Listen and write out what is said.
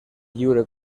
lliure